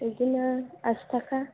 बिदिनो आसि थाखा